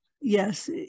Yes